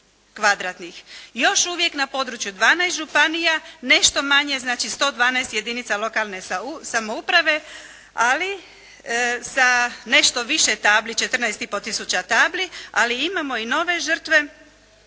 Još uvijek na području 12 županija nešto manje, znači 112 jedinica lokalne samouprave, ali sa nešto više tabli, 14 i pol tisuća tabli, ali imamo i nove žrtve